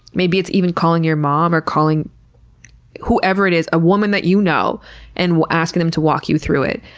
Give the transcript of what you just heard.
maybe it's even calling your mom or calling whoever it is, a woman that you know and asking them to walk you through it.